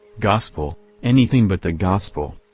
gospel, anything but the gospel!